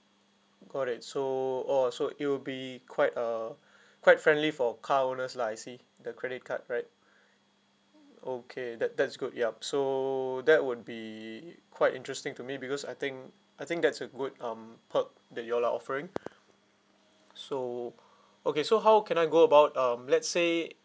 correct so !wah! so it will be quite uh quite friendly for car owners lah I see the credit card right okay that that's good yup so that would be quite interesting to me because I think I think that's a good um perk that you all are offering so okay so how can I go about um let's say